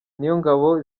niyongabo